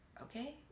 okay